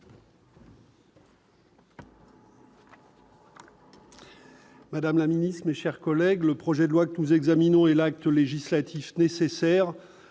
Madame la Ministre, mes chers collègues, le projet de loi que nous examinons et l'acte législatif nécessaire